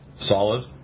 solid